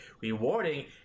rewarding